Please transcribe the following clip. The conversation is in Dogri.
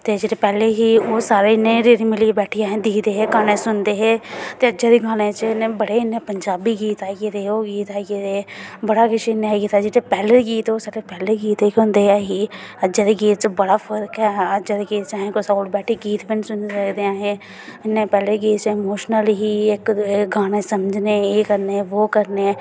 ते जेह्ड़े पैह्लें हे ओह् सारे इंया बैठियै दिक्खदे हे कन्नै गाने सुनदे हे ते अज्ज जियां पंजाबी गीत आई गेदे ओह् गीत आई गेदे बड़ा किश आई गेदा जेह्ड़े साढ़े पैह्लें गीत हे ओह् पैह्लें गीत गै ऐहे अज्जा दे गीत च बड़ा फर्क ऐ अज्जै दे गीत च अस कुसै कोल बैठियै गीत निं सुनी सकदे ते पैह्लें दे गीत च इमोशनल ही इक्क ते समझने च इक्क ते एह् करने ई वो करने ई